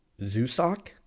Zusak